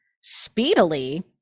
speedily